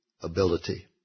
ability